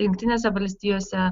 jungtinėse valstijose